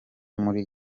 muri